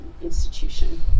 institution